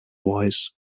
wise